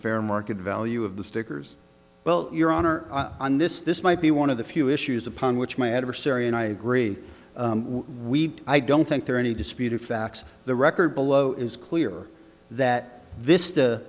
fair market value of the stickers well your honor on this this might be one of the few issues upon which my adversary and i agree we i don't think there are any disputed facts the record below is clear that